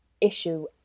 issue